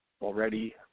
already